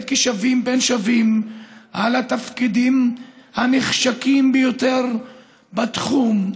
כשווים בין שווים על התפקידים הנחשקים ביותר בתחום,